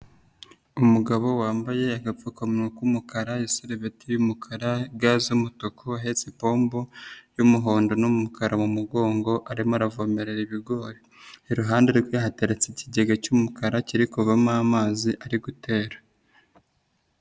Umugabo wambaye agapfukanwa k'umukara, isarubeti y'umukara, ga z'umutuku, ahetse ipombo y'umuhondo n'umukara mu mugongo arimo aravomerera ibigori, iruhande rwe hateretse ikigega cy'umukara kiri kuvamo amazi ari gutera.